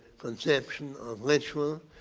conception of ritual.